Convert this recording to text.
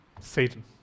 Satan